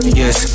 yes